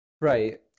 Right